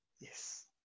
Yes